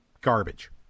garbage